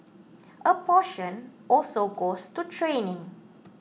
a portion also goes to training